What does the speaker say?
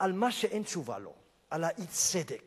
על מה שאין תשובה לו, על האי-צדק